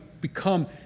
become